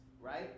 right